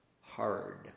hard